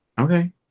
Okay